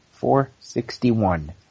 461